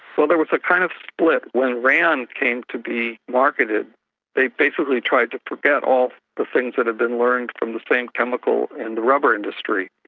well, there was a kind of split. when rayon came to be marketed they basically tried to forget all the things that had been learned from the same chemical and the rubber industry.